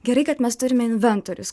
gerai kad mes turime inventorius